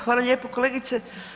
Hvala lijepo kolegice.